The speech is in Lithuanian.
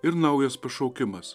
ir naujas pašaukimas